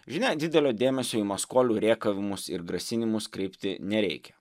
žinia didelio dėmesio į maskolių rėkavimus ir grasinimus kreipti nereikia